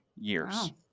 years